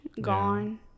gone